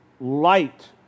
light